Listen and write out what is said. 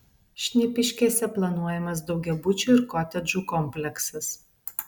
šnipiškėse planuojamas daugiabučio ir kotedžų kompleksas